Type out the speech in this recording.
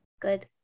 Good